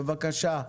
בבקשה.